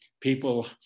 People